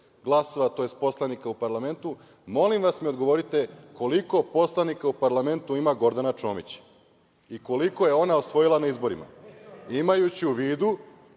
glasova, tj. poslanika u parlamentu. Molim vas odgovorite mi koliko poslanika u parlamentu ima Gordana Čomić i koliko je ona osvojila na izborima? Imajući u vidu